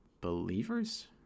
believers